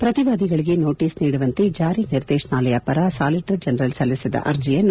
ಪ್ರತಿವಾದಿಗಳಿಗೆ notice ನೀಡುವಂತೆ ಜಾರಿ ನಿರ್ದೇತನಾಲಯ ಪರ ಸಾಲಿಟರ್ ಜನರಲ್ ಸಲ್ಲಿಸಿದ್ದ ಅರ್ಜಿಯನ್ನು